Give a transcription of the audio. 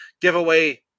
giveaway